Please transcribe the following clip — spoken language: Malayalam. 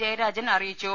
ജയരാജൻ അറിയിച്ചു